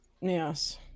Yes